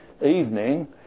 evening